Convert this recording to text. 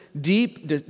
deep